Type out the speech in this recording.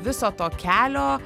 viso to kelio